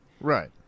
Right